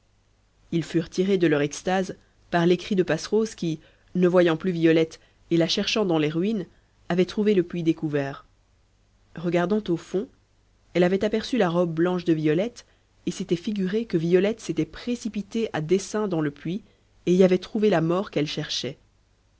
ils furent tirés de leur extase par les cris de passerose qui ne voyant plus violette et la cherchant dans les ruines avait trouvé le puits découvert regardant au fond elle avait aperçu la robe blanche de violette et s'était figuré que violette s'était précipitée à dessein dans le puits et y avait trouvé la mort qu'elle cherchait